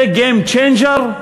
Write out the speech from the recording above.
האם זה game changer?